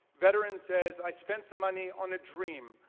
veteran says i spent the money on a dream,